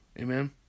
Amen